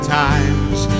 times